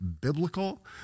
biblical